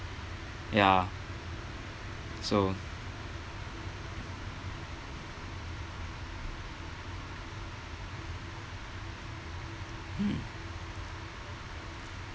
ya so mm